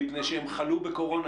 מפני שהם חלו בקורונה,